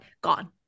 gone